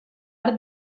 art